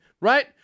right